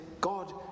God